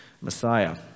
Messiah